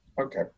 Okay